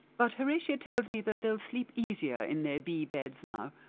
but horatia tells me that they'll sleep easier in their bee beds now,